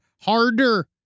harder